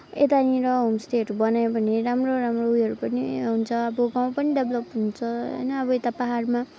यतानिर होमस्टेहरू बनायो भने राम्रो राम्रो उयोहरू पनि हुन्छ अब गाउँ पनि डेभ्लोप हुन्छ होइन अब यता पाहाडमा